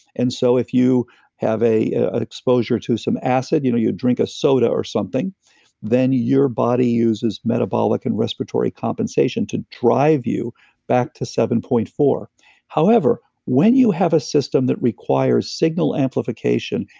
and so if you have an exposure to some acid, you know, you drink a soda or something then your body uses metabolic and respiratory compensation to drive you back to seven point four however, when you have a system that requires signal amplification,